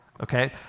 okay